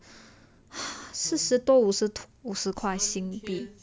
四十多五十多五十块新币